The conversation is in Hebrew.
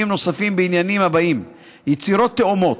נוספים בעניינים האלה: יצירות יתומות,